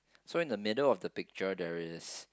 so in the middle of the picture there is